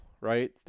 right